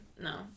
no